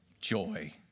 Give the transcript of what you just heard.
joy